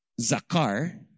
zakar